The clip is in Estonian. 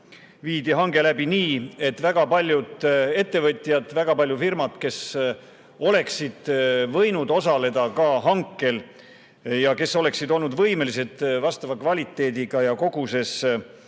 viidi hange läbi nii, et väga paljud ettevõtjad, väga paljud firmad, kes oleksid võinud osaleda hankel ja kes oleksid olnud võimelised vastava kvaliteediga ja [vajalikus]